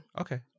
okay